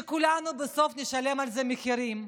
וכולנו בסוף נשלם על זה מחירים,